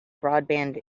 broadband